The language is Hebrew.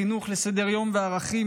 חינוך לסדר-יום וערכים,